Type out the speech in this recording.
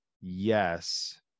yes